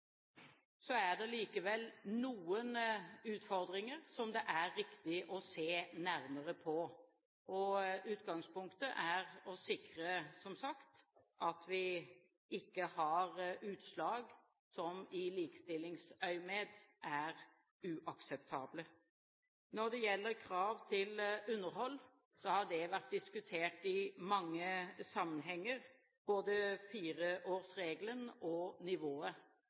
er likevel noen utfordringer som det er riktig å se nærmere på. Utgangspunktet er, som sagt, å sikre at vi ikke får utslag som i likestillingsøyemed er uakseptable. Når det gjelder krav til underhold, har vi i mange sammenhenger diskutert både fireårsregelen og nivået.